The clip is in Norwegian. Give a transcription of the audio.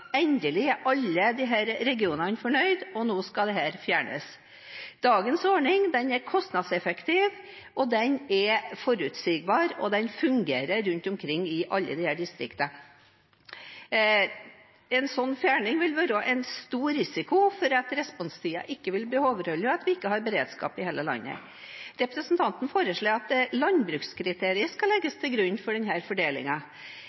Endelig har vi funnet noe som virker, endelig er alle regionene fornøyde – og nå skal det fjernes. Dagens ordning er kostnadseffektiv, den er forutsigbar, og den fungerer rundt omkring i alle distriktene. En fjerning vil innebære en stor risiko for at responstiden ikke vil bli overholdt, og for at vi ikke har beredskap i hele landet. Representanten foreslår at landbrukskriteriet skal